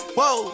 Whoa